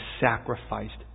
sacrificed